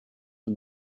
for